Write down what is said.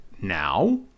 Now